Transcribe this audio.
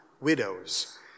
widows